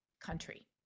country